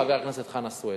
חבר הכנסת חנא סוייד,